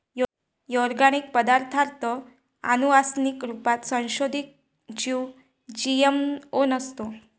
organic पदार्ताथ आनुवान्सिक रुपात संसोधीत जीव जी.एम.ओ नसतात